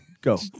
Go